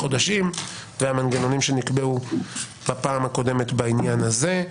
חודשים והמנגנונים שנקבעו בפעם הקודמת בעניין הזה.